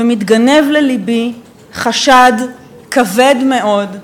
ומתגנב ללבי חשד כבד מאוד,